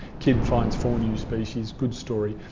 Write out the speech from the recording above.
kid finds four new species. good story.